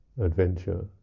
adventure